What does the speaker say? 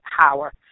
power